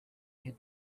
had